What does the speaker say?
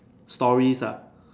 stories ah